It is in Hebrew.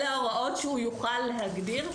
אלה ההוראות שהוא יוכל להגדיר,